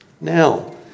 Now